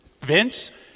Vince